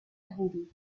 erhoben